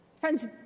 Friends